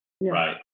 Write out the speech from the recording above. Right